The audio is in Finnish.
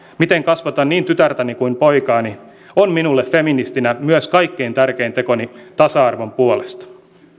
miten kasvatan niin tytärtäni kuin poikaani on minulle feministinä myös kaikkein tärkein tekoni tasa arvon puolesta